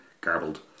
garbled